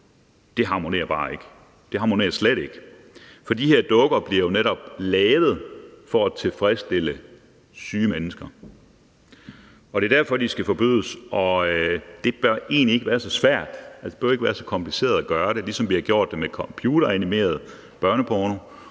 sex og dukker bare ikke harmonerer sammen – slet ikke. For de her dukker bliver jo netop lavet for at tilfredsstille syge mennesker, og det er derfor, de skal forbydes. Det bør egentlig ikke være så svært, det behøver ikke at være så kompliceret at gøre det, ligesom vi har gjort det med computeranimeret børneporno,